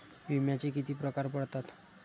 विम्याचे किती प्रकार पडतात?